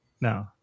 No